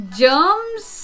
germs